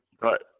Right